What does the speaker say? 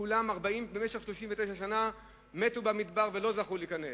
במשך 39 שנה מתו במדבר ולא זכו להיכנס.